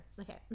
okay